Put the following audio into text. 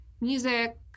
music